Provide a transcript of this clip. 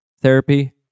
therapy